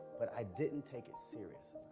but i didn't take it serious